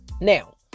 Now